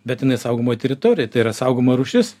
bet jinai saugomoj teritorijoj tai yra saugoma rūšis